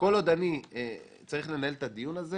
כל עוד אני צריך לנהל את הדיון הזה